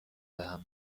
بهم